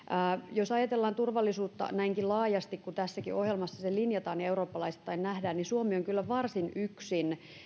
jos ajatellaan turvallisuutta näinkin laajasti kuin tässäkin ohjelmassa se linjataan ja eurooppalaisittain nähdään niin suomi on kyllä varsin yksin